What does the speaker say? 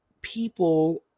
people